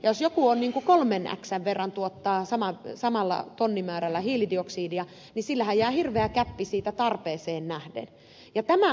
jos joku kolmen xn verran tuottaa samalla tonnimäärällä hiilidioksidia niin sillähän jää hirveä gäppi siitä tarpeeseen nähden